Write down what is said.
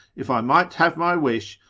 if i might have my wish,